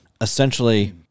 essentially